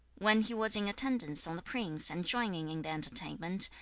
when he was in attendance on the prince and joining in the entertainment,